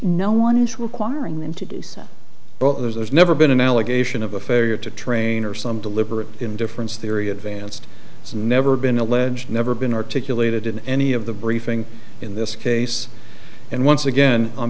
no one is requiring them to do so but there's never been analogous action of a failure to train or some deliberate indifference theory advanced has never been alleged never been articulated in any of the briefing in this case and once again on